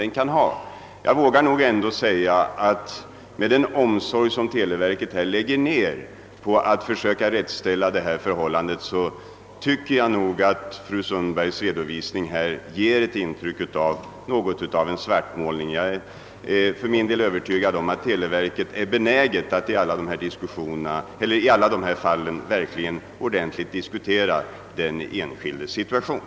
Med den omsorg man på televerket lägger ned på försöken att rättställa förhållandena tycker jag att fru Sundbergs redovisning här var något av en svartmålning. Jag är övertygad om att man på televerket kommer att undersöka alla aktuella fall mycket ordentligt och diskutera den enskildes situation.